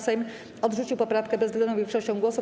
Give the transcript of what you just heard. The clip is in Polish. Sejm odrzucił poprawkę bezwzględną większością głosów.